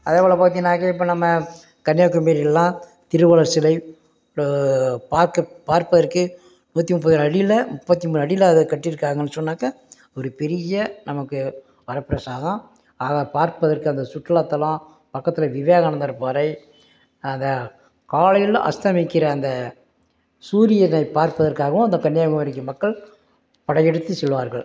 அதேபோல் பார்த்திங்கனாக்க இப்போ நம்ம கன்னியாகுமரியில் லாம் திருவள்ளுவர் சிலை பார்க்க பார்ப்பதற்கு நூற்றி முப்பது அடியில் முப்பத்தி மூணு அடியில் அதை கட்டிருக்காங்கனு சொன்னாக்கா ஒரு பெரிய நமக்கு வரப்பிரசாதம் ஆகா பார்ப்பதற்கு அந்த சுற்றுலாத்தலம் பக்கத்தில் விவேகானந்தர் பாறை அதை காலையில் அஸ்தமிக்கிற அந்த சூரியனை பார்ப்பதற்காகவும் அந்த கன்னியாகுமரிக்கு மக்கள் படை எடுத்து செல்வார்கள்